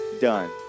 done